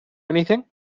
anything